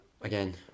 again